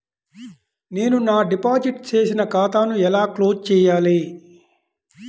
నేను నా డిపాజిట్ చేసిన ఖాతాను ఎలా క్లోజ్ చేయాలి?